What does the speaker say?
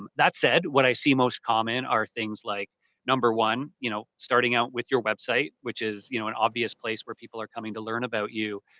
um that said, what i see most common are things like number one, you know starting out with your website, which is you know an obvious place where people are coming to learn about you.